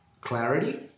clarity